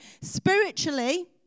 spiritually